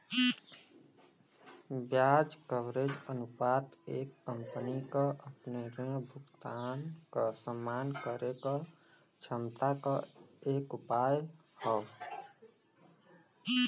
ब्याज कवरेज अनुपात एक कंपनी क अपने ऋण भुगतान क सम्मान करे क क्षमता क एक उपाय हौ